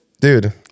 dude